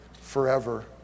forever